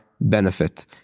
benefit